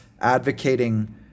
advocating